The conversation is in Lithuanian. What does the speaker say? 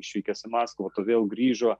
išvykęs į maskvą po to vėl grįžo